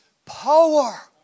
power